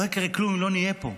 לא יקרה כלום אם לא נהיה פה.